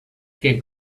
que